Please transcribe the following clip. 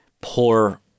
poor